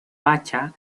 pasha